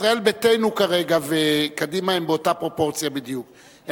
ישראל ביתנו וקדימה הן באותה פרופורציה בדיוק,